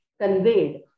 conveyed